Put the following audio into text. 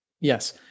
Yes